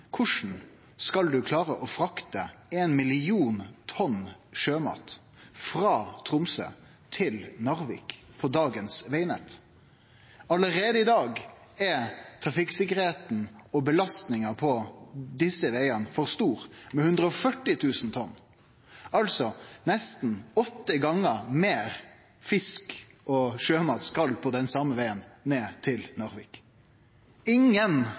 Korleis – og det er det ingen i denne debatten som har klart å forklare meg – skal ein klare å frakte éin million tonn sjømat frå Tromsø til Narvik på dagens vegnett? Allereie i dag er trafikksikkerheita og belastinga på desse vegane for stor med 140 000 tonn, altså skal nesten 80 gongar meir fisk og sjømat på